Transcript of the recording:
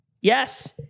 Yes